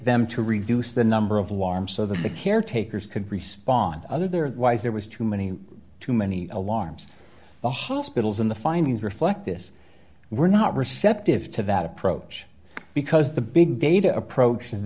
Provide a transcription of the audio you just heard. them to reduce the number of warm so that the caretakers could respond other there why there was too many too many alarms the hospitals in the findings reflect this were not receptive to that approach because the big data approach